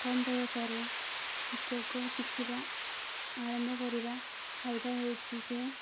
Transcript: କମ୍ ବୟସରେ ଯୋଗ ଶିଖିବା ଆରମ୍ଭ କରିବା ଫାଇଦା ହେଉଛି ଯେ